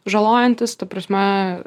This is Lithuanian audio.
žalojantis ta prasme